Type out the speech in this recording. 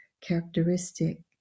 characteristic